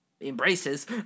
embraces